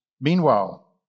Meanwhile